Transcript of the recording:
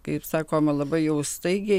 kaip sakoma labai jau staigiai